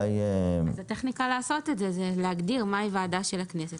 הטכניקה לעשות את זה היא להגיד ועדת חוקה,